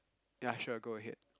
ya sure go ahead